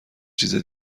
چیزه